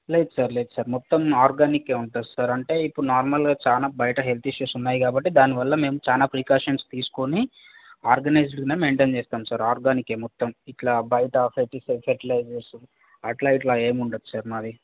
లేదు సార్ లేదు సార్ మొత్తం ఆర్గానిక్ ఉంటుంది సార్ అంటే ఇప్పుడు నార్మల్గా చాలా బయట హెల్త్ ఇష్యూస్ ఉన్నాయి కాబట్టి దానివల్ల మేము చాలా ప్రికాషన్స్ తీసుకుని ఆర్గనైజ్డ్గా మెయింటైన్ చేస్తాం సార్ ఆర్గానిక్ మొత్తం ఇట్లా బయట ఫెర్టిస ఫెర్టిలైజర్సు అట్లా ఇట్లా ఏమి ఉండదు సార్ మావి